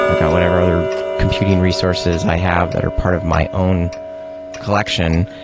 like ah whatever other computing resources i have that are part of my own collection.